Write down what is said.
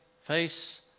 face